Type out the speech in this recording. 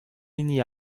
hini